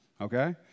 okay